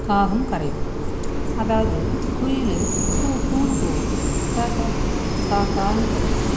காகம் கரையும் அதாவது குயில் கூ கூனு கூவும் காக்கா கா கானு கத்தும்